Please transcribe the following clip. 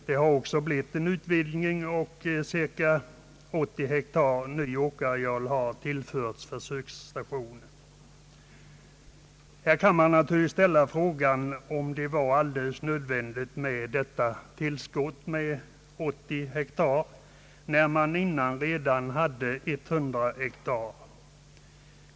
Det har också blivit en utvidgning, och cirka 80 hektar ny åkerareal har tillförts försöksstationen. Nu kan man ställa frågan om det var alldeles nödvändigt med detta tillskott på 80 hektar när man redan dessförinnan hade 100 hektar.